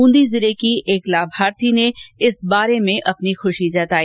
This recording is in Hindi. ब्रंदी जिले की एक लाभार्थी ने इस बारे में अपनी ख्रशी जताई